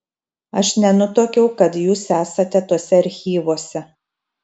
aš nenutuokiau kad jūs esate tuose archyvuose